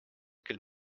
küll